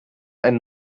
einen